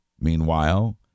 meanwhile